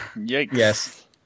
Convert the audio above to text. Yes